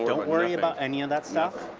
don't worry about any of that stuff.